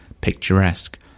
picturesque